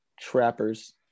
trappers